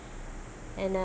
and I